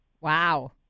Wow